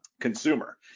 consumer